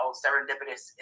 serendipitous